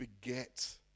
beget